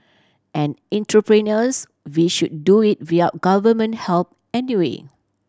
an entrepreneurs we should do it without Government help anyway